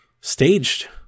staged